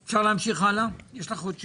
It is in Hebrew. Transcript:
יש לך עוד שאלות?